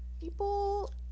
people